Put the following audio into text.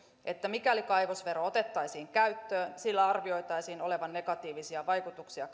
että mikäli kaivosvero otettaisiin käyttöön sillä arvioitaisiin olevan negatiivisia vaikutuksia